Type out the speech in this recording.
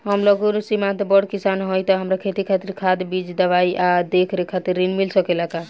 हम लघु सिमांत बड़ किसान हईं त हमरा खेती खातिर खाद बीज दवाई आ देखरेख खातिर ऋण मिल सकेला का?